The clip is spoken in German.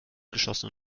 geschossen